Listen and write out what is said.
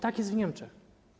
Tak jest w Niemczech.